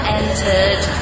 entered